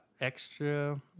extra